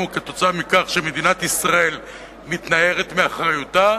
כתוצאה מכך שמדינת ישראל מתנערת מאחריותה,